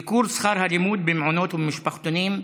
בנושא: ייקור שכר הלימוד במעונות ובמשפחתונים,